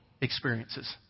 experiences